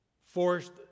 forced